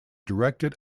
directed